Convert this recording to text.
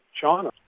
china